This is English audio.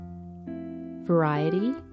variety